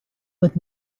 with